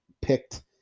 picked